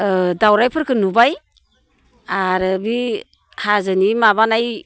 दावराइफोरखो नुबाय आरो बे हाजोनि माबानाय